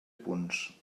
punts